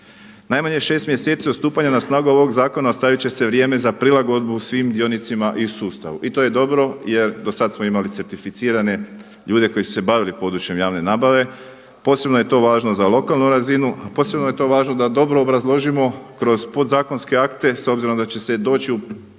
Najmanje 6 mjeseci od stupanja na snagu ovog zakona ostavit će se vrijeme za prilagodbu svim dionicima i u sustavu i to je dobro, jer do sad smo imali certificirane ljude koji su se bavili područjem javne nabave. Posebno je to važno za lokalnu razinu, posebno je to važno da dobro obrazložimo kroz podzakonske akte s obzirom da će se doći u poziciju